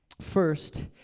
First